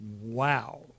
Wow